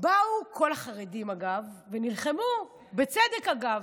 באו כל החרדים, אגב, ונלחמו, בצדק, אגב,